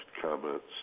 comments